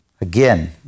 Again